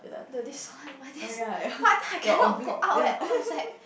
the this one my this one !wah! I think I cannot go out eh was like